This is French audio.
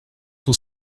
ton